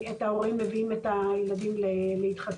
שרצינו לראות את ההורים מביאים את הילדים להתחסנות.